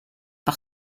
par